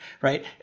right